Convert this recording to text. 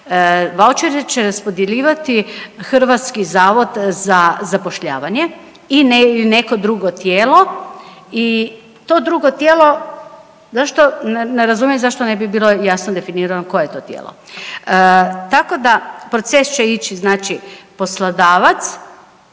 Vaučer će ispodijeljivati HZZ i neko drugo tijelo i to drugo tijelo, ne razumijem zašto ne bi bilo jasno definirano koje je to tijelo. Tako da proces će ići znači,